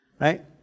Right